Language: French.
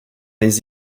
les